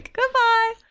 Goodbye